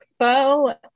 Expo